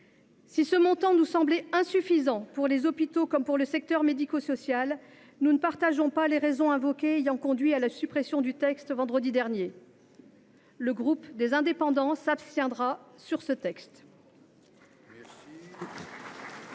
Si ce montant nous semblait insuffisant pour les hôpitaux comme pour le secteur médico social, nous ne partageons pas les raisons invoquées ayant conduit à la suppression des articles en question vendredi dernier. Le groupe Les Indépendants – République et